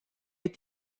est